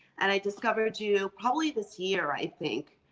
and i discovered you probably this year, i think.